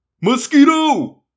Mosquito